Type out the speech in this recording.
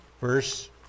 verse